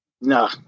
No